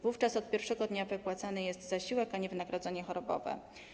Wówczas od pierwszego dnia wypłacany jest zasiłek, a nie wynagrodzenie chorobowe.